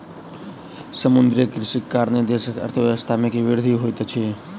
समुद्रीय कृषिक कारणेँ देशक अर्थव्यवस्था के वृद्धि होइत अछि